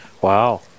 Wow